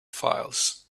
files